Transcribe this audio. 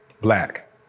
black